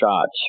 shots